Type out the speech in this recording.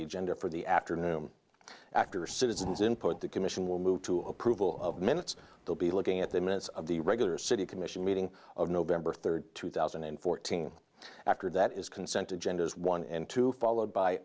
the agenda for the afternoon after citizens input the commission will move to approval of minutes they'll be looking at the minutes of the regular city commission meeting of november third two thousand and fourteen after that is consent agenda is one and two followed by